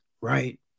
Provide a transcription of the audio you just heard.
right